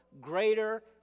greater